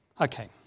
Okay